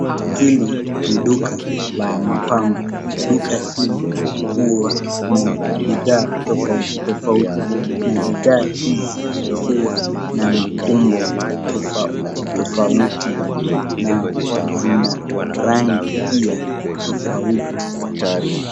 Hili ni duka la mapambo. Duka hili huwa na bidhaa tofauti tofauti na bidhaa hizi huwa na maumbo tofauti tofauti na zina rangi pia tofauti.